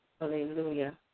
Hallelujah